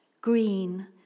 green